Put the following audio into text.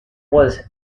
was